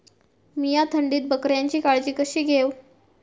मीया थंडीत बकऱ्यांची काळजी कशी घेव?